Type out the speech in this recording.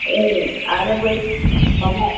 ओं आरो बै माबा